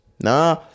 Nah